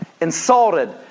insulted